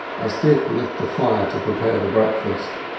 as dick lit the fire to prepare the breakfast,